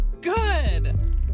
good